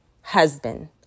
husband